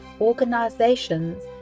organizations